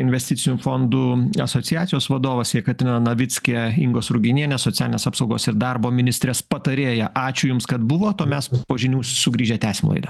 investicinių fondų asociacijos vadovas jekaterina navickė ingos ruginienės socialinės apsaugos ir darbo ministrės patarėja ačiū jums kad buvot o mes po žinių sugrįžę tęsim laidą